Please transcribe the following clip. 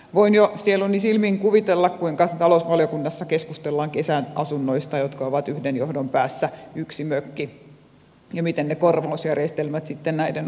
voin jo sieluni silmin kuvitella kuinka talousvaliokunnassa keskustellaan kesäasunnoista jotka ovat yhden johdon päässä yksi mökki ja miten ne korvausjärjestelmät sitten näiden osalta